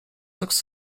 looks